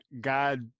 God